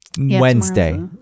Wednesday